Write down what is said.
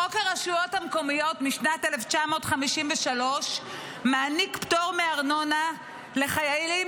חוק הרשויות המקומיות משנת 1953 מעניק פטור מארנונה לחיילים